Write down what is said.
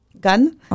gun